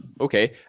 okay